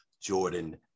Jordan